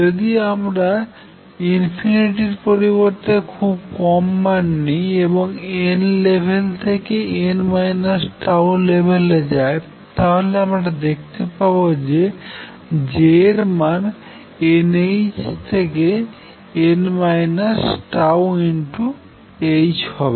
যদি আমরা ইনফিনিটি এর পরিবর্তে খুম কম মান নিই এবং n লেভেল থেকে n τ লেভেলে যায় তাহলে আমরা দেখতে পাবো যে J এর মান n h থেকেn τhহবে